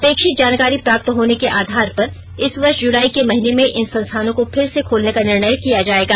अपेक्षित जानकारी प्राप्त होने के आधार पर इस वर्ष जुलाई के महीने में इन संस्थानों को फिर से खोलने का निर्णय किया जाएगा